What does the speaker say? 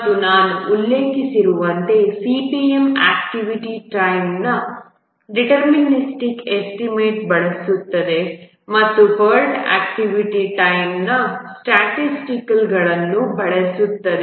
ಮತ್ತು ನಾನು ಉಲ್ಲೇಖಿಸಿರುವಂತೆ CPM ಆಕ್ಟಿವಿಟಿ ಟೈಮ್ನ ಡಿಟರ್ಮಿನಿಸ್ಟಿಕ್ ಎಸ್ಟಿಮೇಟ್ ಬಳಸುತ್ತದೆ ಮತ್ತು PERT ಆಕ್ಟಿವಿಟಿ ಟೈಮ್ನ ಸ್ಟ್ಯಾಟಿಸ್ಟಿಕಲ್ ಎಸ್ಟಿಮೇಟ್ಗಳನ್ನು ಬಳಸುತ್ತದೆ